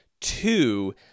Two